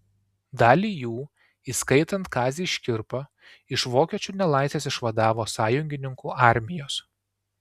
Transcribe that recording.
dalį jų įskaitant kazį škirpą iš vokiečių nelaisvės išvadavo sąjungininkų armijos